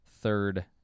third